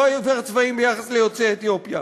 הוא לא עיוור צבעים ביחס ליוצאי אתיופיה.